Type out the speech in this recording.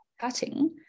cutting